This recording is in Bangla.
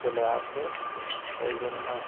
চলে আসে এই জন্য